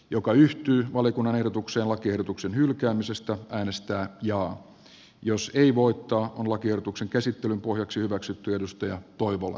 joka yhtyy valiokunnan ehdotukseen lakiehdotuksen hylkäämisestä äänestää jaa jos ei voittaa on lakiehdotuksen käsittelyn pohjaksi hyväksytty jani toivolan ehdotus